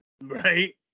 Right